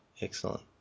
excellent